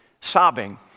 sobbing